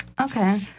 Okay